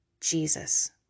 Jesus